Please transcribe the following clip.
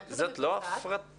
זאת לא הפרטה?